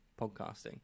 podcasting